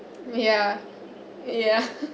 ya ya